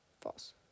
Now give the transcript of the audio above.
False